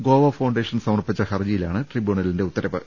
Goa foundation സമർപ്പിച്ച ഹർജിയിലാണ് ട്രിബ്യൂണലിന്റെ ഉത്തരവ്